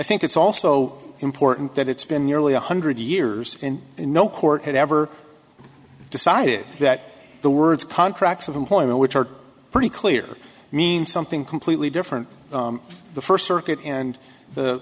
think it's also important that it's been nearly one hundred years in no court had ever decided that the words contracts of employment which are pretty clear means something completely different the first circuit and the